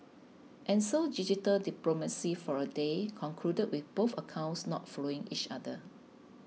and so digital diplomacy for a day concluded with both accounts not following each other